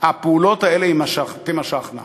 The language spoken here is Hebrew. הפעולות האלה תימשכנה.